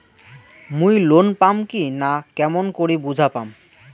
মুই লোন পাম কি না কেমন করি বুঝা পাম?